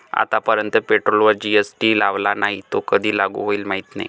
आतापर्यंत पेट्रोलवर जी.एस.टी लावला नाही, तो कधी लागू होईल माहीत नाही